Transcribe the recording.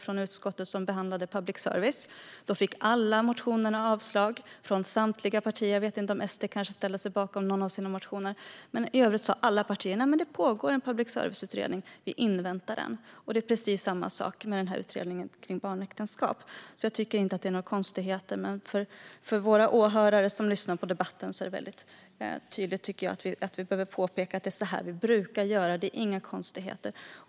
Då avstyrktes alla motioner från samtliga partier. Kanske ställde sig Sverigedemokraterna bakom någon av sina motioner, men i övrigt sa alla partier att man ville invänta den pågående public service-utredningen. Det är precis samma sak med utredningen om barnäktenskap; det är inget konstigt. Men för de åhörare som lyssnar på debatten är det viktigt att påpeka att det är så här vi gör och att det inte är några konstigheter.